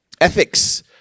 Ethics